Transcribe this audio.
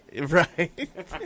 Right